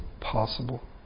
Possible